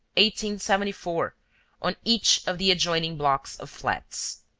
one seventy four on each of the adjoining blocks of flats.